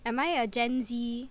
am I a gen Z